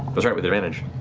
but right, with advantage.